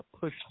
push